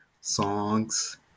songs